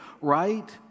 right